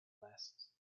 blasts